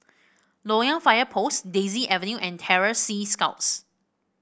Loyang Fire Post Daisy Avenue and Terror Sea Scouts